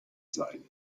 sein